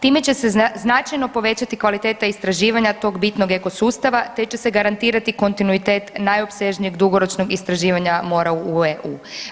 Time će se značajno povećati kvaliteta istraživanja tog bitnog eko sustava, te će se garantirati kontinuitet najopsežnijeg dugoročnog istraživanja mora u EU.